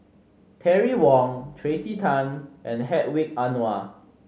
Terry Wong Tracey Tan and Hedwig Anuar